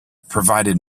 provided